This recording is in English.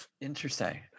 Interesting